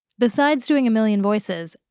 besides doing a million voices,